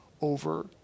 over